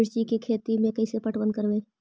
मिर्ची के खेति में कैसे पटवन करवय?